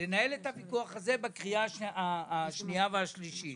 אלא בקריאה השנייה והשלישית.